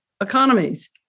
economies